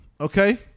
okay